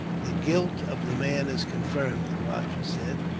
the guilt of the man is confirmed, the rajah said.